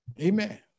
Amen